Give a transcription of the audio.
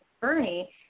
Bernie